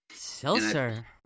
Seltzer